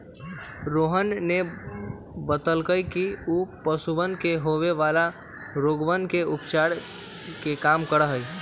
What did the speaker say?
रोहन ने बतल कई कि ऊ पशुवन में होवे वाला रोगवन के उपचार के काम करा हई